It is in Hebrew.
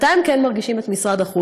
מתי הם כן מרגישים את משרד החוץ?